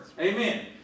Amen